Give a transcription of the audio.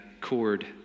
cord